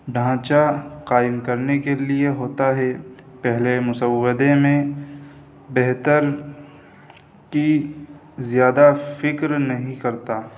ڈھانچہ قائم کرنے کے لیے ہوتا ہے پہلے مسودے میں بہتر کی زیادہ فکر نہیں کرتا